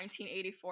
1984